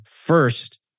first